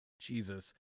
jesus